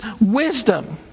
wisdom